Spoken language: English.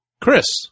Chris